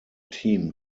team